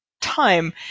time